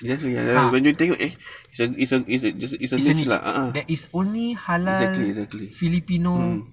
ah is a niche there is only halal filipino